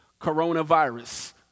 Coronavirus